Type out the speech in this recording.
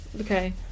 Okay